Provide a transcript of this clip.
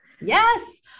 Yes